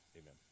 Amen